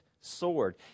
sword